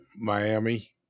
miami